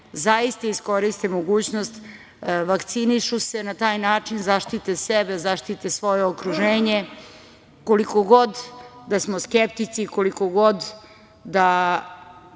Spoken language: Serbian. zaista iskoriste mogućnost i vakcinišu se i na taj način zaštite sebe i zaštite svoje okruženje. Koliko god da smo skeptici, koliko god da…